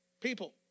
people